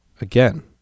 again